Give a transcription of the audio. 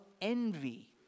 envy